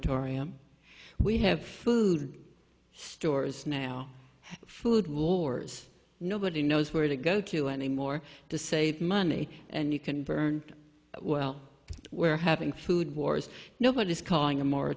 atorium we have food stores now food wars nobody knows where to go to anymore to save money and you can burn well we're having food wars nobody is calling